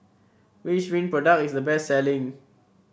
which Rene product is the best selling